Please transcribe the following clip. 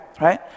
Right